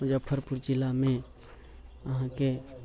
मुजफ्फरपुर जिलामे अहाँके